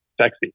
sexy